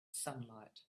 sunlight